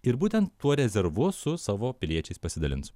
ir būtent tuo rezervu su savo piliečiais pasidalins